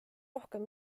rohkem